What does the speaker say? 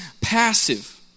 passive